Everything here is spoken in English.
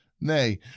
Nay